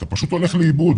אתה פשוט הולך לאיבוד.